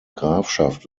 grafschaft